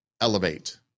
elevate